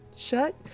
Shut